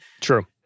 True